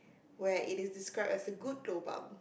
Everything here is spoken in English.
where it is described as a good lobang